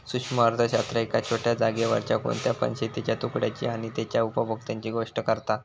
सूक्ष्म अर्थशास्त्र एका छोट्या जागेवरच्या कोणत्या पण शेतीच्या तुकड्याची आणि तेच्या उपभोक्त्यांची गोष्ट करता